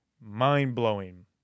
Mind-blowing